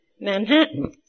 Manhattan